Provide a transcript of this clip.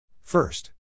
First